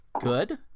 Good